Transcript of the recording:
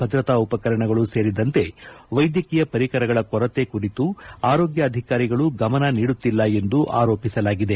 ಭದ್ರತಾ ಉಪಕರಣಗಳು ಸೇರಿದಂತೆ ವೈದ್ಯಕೀಯ ಪರಿಕರಗಳ ಕೊರತೆ ಕುರಿತು ಆರೋಗ್ಯ ಅಧಿಕಾರಿಗಳು ಗಮನ ನೀಡುತ್ತಿಲ್ಲ ಎಂದು ಆರೋಪಿಸಲಾಗಿದೆ